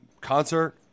concert